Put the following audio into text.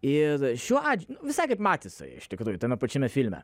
ir šiuo atveju visai kaip matisai iš tikrųjų tame pačiame filme